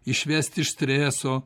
išvesti iš streso